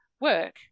work